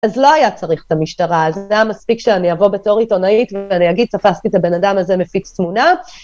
אז לא היה צריך את המשטרה, אז זה היה מספיק שאני אבוא בתור עותונאית ואני אגיד, תפסתי את הבן אדם הזה מפיץ תמונה.